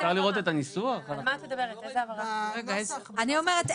אני אומרת,